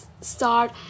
start